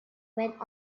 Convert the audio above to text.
went